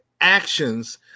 actions